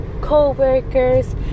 co-workers